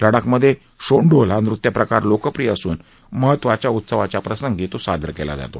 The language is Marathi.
लडाखमधे शोंडोल हा नृत्य प्रकार लोकप्रिय असून महत्वाच्या उत्सवाच्या प्रसंगी तो सादर केला जातो